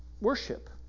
worship